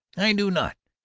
i do not!